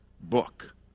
book